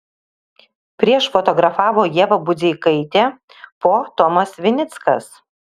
prieš fotografavo ieva budzeikaitė po tomas vinickas